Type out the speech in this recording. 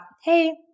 Hey